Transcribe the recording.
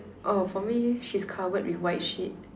oh for me she's covered with white sheet